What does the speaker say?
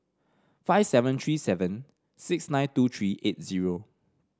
five seven three seven six nine two three eight zero